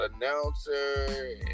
announcer